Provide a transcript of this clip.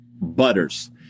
Butters